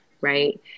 right